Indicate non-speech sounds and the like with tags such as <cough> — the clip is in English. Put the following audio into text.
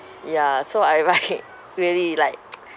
ya so I right <laughs> really like <noise>